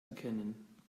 erkennen